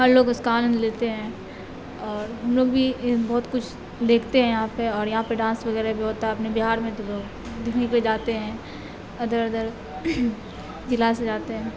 ہر لوگ اس کا آنند لیتے ہیں اور ہم لوگ بھی بہت کچھ دیکھتے ہیں یہاں پہ اور یہاں پہ ڈانس وغیرہ بھی ہوتا ہے اپنے بہار میں تو لوگ دلی پہ جاتے ہیں ادر ادر کلاس سے جاتے ہیں